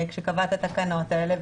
כשקבע את התקנות האלה.